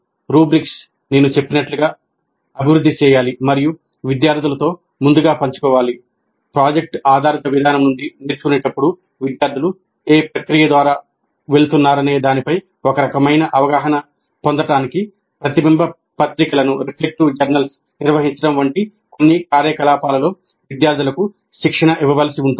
rubrics నిర్వహించడం వంటి కొన్ని కార్యకలాపాలలో విద్యార్థులకు శిక్షణ ఇవ్వవలసి ఉంటుంది